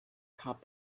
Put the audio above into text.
cub